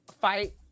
fight